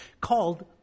called